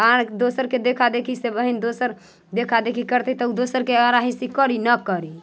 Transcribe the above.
आँय दोसरके देखादेखीसँ बहिन दोसर देखादेखी करतै तऽ ओ दोसरके आढ़ा हिस्सी करी नहि करी